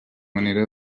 manera